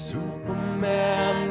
Superman